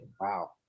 Wow